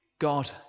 God